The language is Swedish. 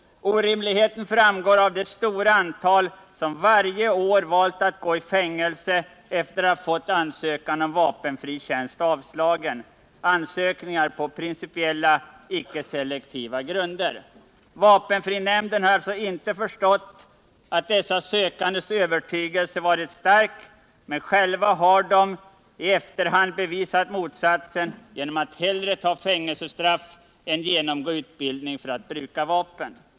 Orimligheten framgår av det stora antal som varje år valt att gå i fängelse efter att ha fått ansökan om vapenfri tjänst avslagen — ansökningar på principiella, icke-selektiva grunder. Vapenfrinämnden har alltså inte förstått att dessa sökandes övertygelse etc. varit stark, men själva har de i efterhand bevisat motsatsen genom att hellre ta fängelsestraff än genomgå utbildning för att bruka vapen.